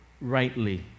rightly